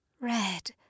red